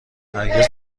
هرگز